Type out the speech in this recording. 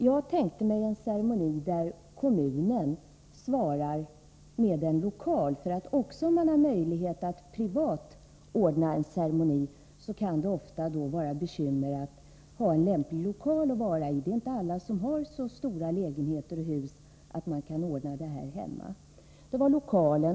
Jag tänkte mig en ceremoni, där kommunen ställer upp med en lokal. Att privat ordna en ceremoni kan ofta innebära bekymmer med att hitta en lämplig lokal att vara i. Det är inte alla som har så stora lägenheter och hus att man kan ordna det hemma. Detta om lokalen.